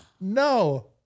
No